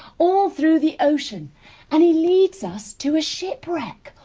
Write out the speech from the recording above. all through the ocean and he leads us to a shipwreck.